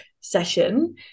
session